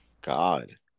God